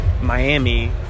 Miami